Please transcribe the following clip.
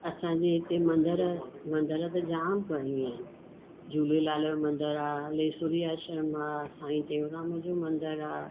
असांजे हिते मंदर मंदर त जाम घणियूं आहिनि झूलेलाल यो मंदरु आह्र लेसूरी आश्रम आ साईं टेउराम जो मंदरु आहे